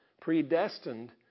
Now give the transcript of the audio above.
predestined